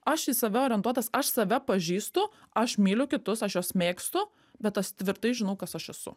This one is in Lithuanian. aš į save orientuotas aš save pažįstu aš myliu kitus aš juos mėgstu bet aš tvirtai žinau kas aš esu